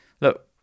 look